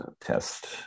test